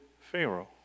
Pharaoh